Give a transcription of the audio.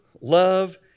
love